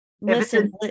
Listen